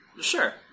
Sure